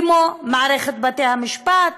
כמו מערכת בתי-המשפט,